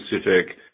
specific